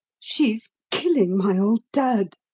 she's killing my old dad!